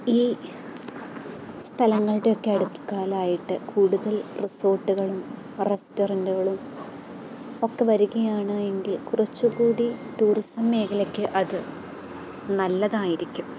ഈ സ്ഥലങ്ങളുടെയൊക്കെ അടുക്കലായിട്ട് കൂടുതല് റിസോർട്ടുകളും റെസ്റ്റൊറന്റ്റുകളും ഒക്കെ വരികയാണ് എങ്കില് കുറച്ചുകൂടി ടൂറിസം മേഖലയ്ക്ക് അത് നല്ലതായിരിക്കും